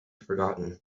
forgotten